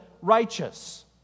righteous